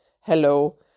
hello